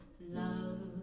love